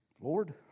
Lord